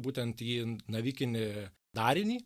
būtent į navikinį darinį